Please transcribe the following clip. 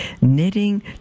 knitting